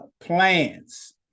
plans